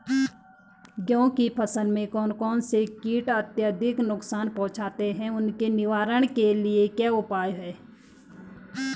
गेहूँ की फसल में कौन कौन से कीट अत्यधिक नुकसान पहुंचाते हैं उसके निवारण के क्या उपाय हैं?